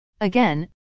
Again